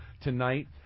tonight